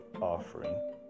offering